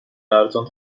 ارزان